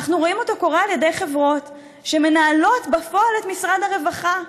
אנחנו רואים אותו קורה על ידי חברות שמנהלות בפועל את משרד הרווחה.